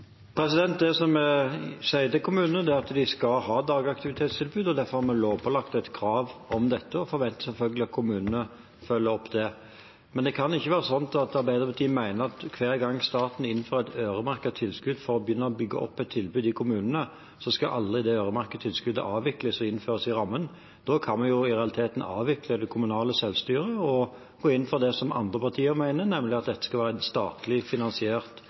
lovpålagt krav om dette. Vi forventer selvfølgelig at kommunene følger opp det. Men det kan ikke være slik at Arbeiderpartiet mener at hver gang staten innfører et øremerket tilskudd for å begynne å bygge opp et tilbud i kommunene, skal alt i det øremerkede tilskuddet avvikles og innføres i rammen. Da kan vi i realiteten avvikle det kommunale selvstyret og gå inn for det som andre partier mener, nemlig at dette skal være en statlig finansiert